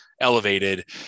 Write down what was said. elevated